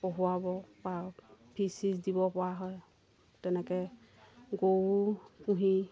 পঢ়োৱাব পাৰোঁ ফিজ চিজ দিবপৰা হয় তেনেকৈ গৰুও পুহি